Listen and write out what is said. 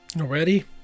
Already